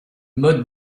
mode